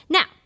Now